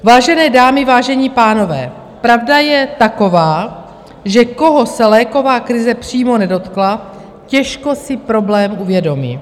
Vážené dámy, vážení pánové, pravda je taková, že koho se léková krize přímo nedotkla, těžko si problém uvědomí.